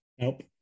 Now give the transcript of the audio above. Nope